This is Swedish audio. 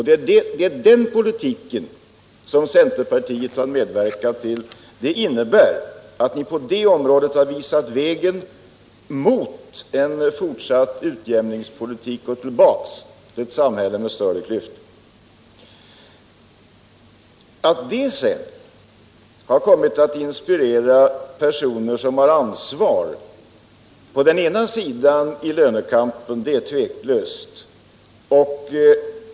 Det är emellertid den politiken som centerpartiet har medverkat till. Det innebär att ni på det området har visat vägen från en fortsatt utjämningspolitik och tillbaka till ett samhälle med större klyftor. Att det har kommit att inspirera personer som har ansvar på den ena sidan i lönekampen är tveklöst.